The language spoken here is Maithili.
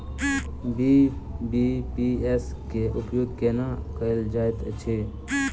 बी.बी.पी.एस केँ उपयोग केना कएल जाइत अछि?